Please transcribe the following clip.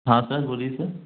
हाँ सर बोलिए सर